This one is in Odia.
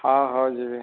ହଉ ହଉ ଯିବି